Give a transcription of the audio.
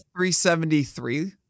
373